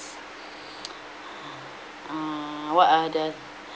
uh what are the